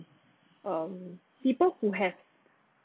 um people who has